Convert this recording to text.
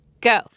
Go